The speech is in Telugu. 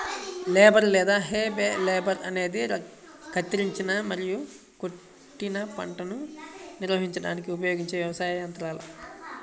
బేలర్ లేదా హే బేలర్ అనేది కత్తిరించిన మరియు కొట్టిన పంటను నిర్వహించడానికి ఉపయోగించే వ్యవసాయ యంత్రాల